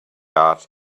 art